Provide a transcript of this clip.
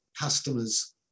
customers